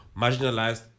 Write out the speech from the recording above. marginalized